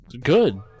Good